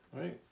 right